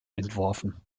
entworfen